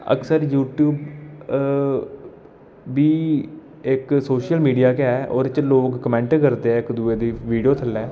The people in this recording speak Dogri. अक्सर यूट्यूब बी इक सोशल मीडिया गै लोग कमैंट करदे इक दूए दी वीडियो थल्लै